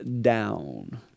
down